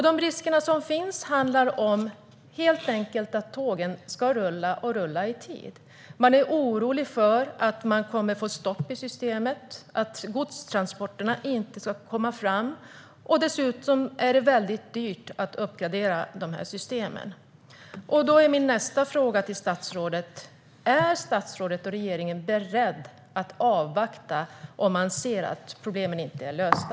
De risker som finns handlar helt enkelt om att tågen ska rulla och rulla i tid. Man är orolig för att det blir stopp i systemet och att godstransporterna inte ska komma fram. Dessutom är det dyrt att uppgradera systemet. Min nästa fråga till statsrådet är: Är statsrådet och regeringen beredda att avvakta om man ser att problemen inte är lösta?